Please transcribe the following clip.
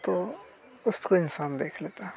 तो उसको इंसान देख लेता है